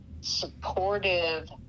supportive